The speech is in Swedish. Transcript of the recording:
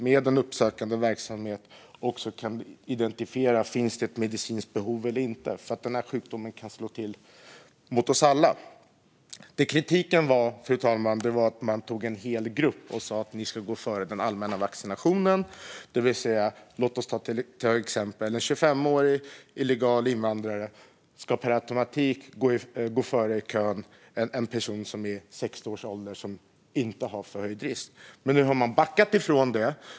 Med en uppsökande verksamhet kan man identifiera om det finns medicinska behov eller inte. Denna sjukdom kan slå till mot oss alla. Fru talman! Det som kritiken handlade om var att man sa att en hel grupp skulle gå före i fråga om den allmänna vaccinationen. Som exempel kan jag ta att en 25-årig illegal invandrare per automatik skulle gå före en person i 60-årsåldern i kön som inte har en förhöjd risk. Men nu har man backat från det.